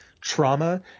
trauma